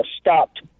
stopped